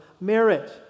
merit